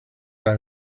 that